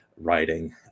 writing